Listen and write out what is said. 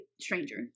stranger